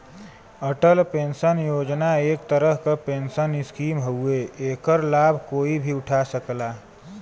Atal pension योजना एक तरह क पेंशन स्कीम हउवे एकर लाभ कोई भी उठा सकला